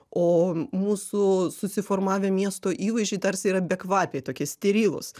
o mūsų susiformavę miesto įvaizdžiai tarsi yra bekvapiai tokia sterilūs